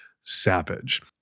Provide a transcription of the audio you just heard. savage